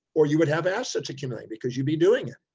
or you would have assets accumulated because you'd be doing it.